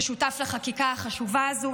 ששותף לחקיקה החשובה הזאת,